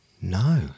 No